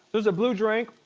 this a blue drink,